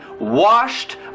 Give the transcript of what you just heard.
washed